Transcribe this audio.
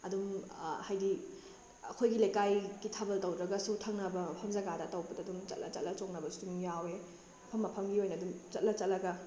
ꯑꯗꯨꯝ ꯍꯥꯏꯕꯗꯤ ꯑꯩꯈꯣꯏꯒꯤ ꯂꯩꯀꯥꯏꯒꯤ ꯊꯥꯕꯜ ꯇꯧꯗ꯭ꯔꯒꯁꯨ ꯊꯪꯅꯕ ꯃꯐꯝ ꯖꯥꯒꯗ ꯇꯧꯕꯗ ꯑꯗꯨꯝ ꯆꯠꯂ ꯆꯠꯂꯒ ꯆꯣꯡꯅꯕꯁꯨ ꯑꯗꯨꯝ ꯌꯥꯎꯏ ꯃꯐꯝ ꯃꯐꯝꯒꯤ ꯑꯣꯏꯅ ꯑꯗꯨꯝ ꯆꯠꯂ ꯆꯠꯂꯒ